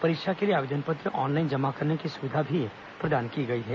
परीक्षा के लिए आवेदन पत्र ऑनलाइन जमा करने की सुविधा प्रदान की गई है